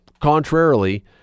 contrarily